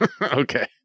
Okay